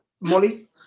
Molly